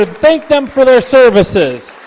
ah thank them for their services